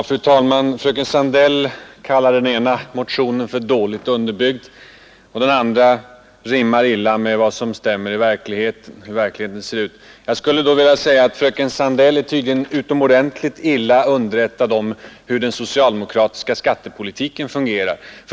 Fru talman! Fröken Sandell kallar den ena motionen för dåligt underbyggd och säger att den andra rimmar illa med hur verkligheten ser ut. Fröken Sandell är tydligen utomordentligt illa underrättad om hur den socialdemokratiska skattepolitiken fungerar.